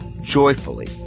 joyfully